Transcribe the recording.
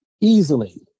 easily